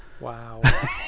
Wow